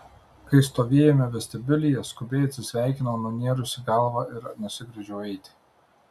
kai stovėjome vestibiulyje skubiai atsisveikinau nunėrusi galvą ir nusigręžiau eiti